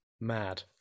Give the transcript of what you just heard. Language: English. Mad